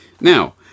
Now